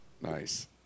Nice